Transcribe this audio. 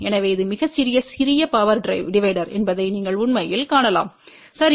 எனவே இது மிகச் சிறிய சிறிய பவர் டிவைடர் என்பதை நீங்கள் உண்மையில் காணலாம் சரி